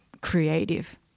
creative